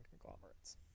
conglomerates